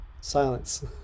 silence